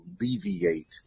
alleviate